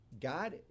God